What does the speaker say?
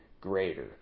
greater